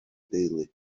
deulu